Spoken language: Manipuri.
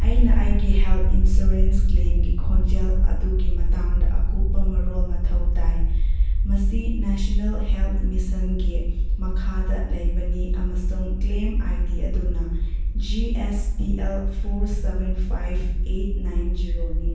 ꯑꯩꯅ ꯑꯩꯒꯤ ꯍꯦꯜ ꯏꯟꯁꯨꯔꯦꯟꯁ ꯀ꯭ꯂꯦꯝꯒꯤ ꯈꯣꯟꯖꯦꯜ ꯑꯗꯨꯒꯤ ꯃꯇꯥꯡꯗ ꯑꯀꯨꯞꯄ ꯃꯔꯣꯜ ꯃꯊꯧ ꯇꯥꯏ ꯃꯁꯤ ꯅꯦꯁꯅꯦꯜ ꯍꯦꯜ ꯃꯤꯁꯟꯒꯤ ꯃꯈꯥꯗ ꯂꯩꯕꯅꯤ ꯑꯃꯁꯨꯡ ꯀ꯭ꯂꯦꯝ ꯑꯥꯏ ꯗꯤ ꯑꯗꯨꯅ G S P L four seven five eight nine ꯖꯦꯔꯣꯅꯤ